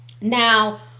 now